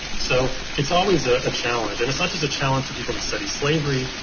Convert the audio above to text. so it's always ah a challenge. and it's not just a challenge for people to study slavery,